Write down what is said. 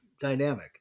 dynamic